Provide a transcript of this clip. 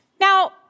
Now